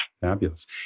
Fabulous